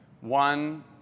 one